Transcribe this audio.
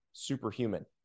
Superhuman